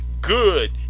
good